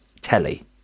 telly